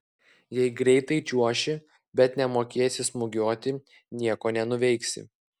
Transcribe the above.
jei greitai čiuoši bet nemokėsi smūgiuoti nieko nenuveiksi